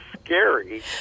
Scary